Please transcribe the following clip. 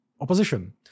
opposition